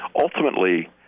ultimately